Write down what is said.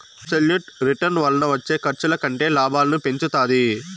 absolute return వలన వచ్చే ఖర్చుల కంటే లాభాలను పెంచుతాది